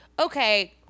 okay